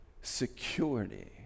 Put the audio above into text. Security